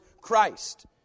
Christ